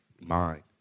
mind